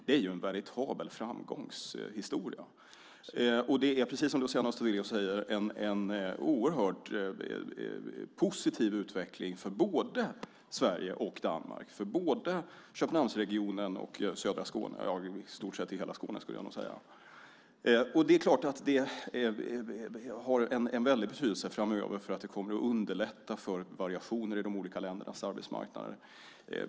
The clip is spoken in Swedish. Det är en veritabel framgångshistoria, och som Luciano Astudillo säger är det en oerhört positiv utveckling för både Sverige och Danmark, för både Köpenhamnsregionen och i stort sett hela Skåne skulle jag nog säga. Det har förstås stor betydelse framöver eftersom det kommer att underlätta för variationer i de båda ländernas arbetsmarknader.